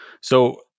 So-